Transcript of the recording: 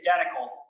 identical